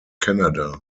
canada